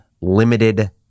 limited